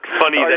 funny